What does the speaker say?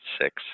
six